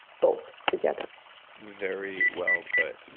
both together very well put.